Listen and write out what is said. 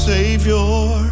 Savior